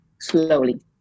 slowly